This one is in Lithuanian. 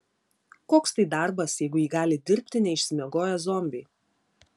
koks tai darbas jeigu jį gali dirbti neišsimiegoję zombiai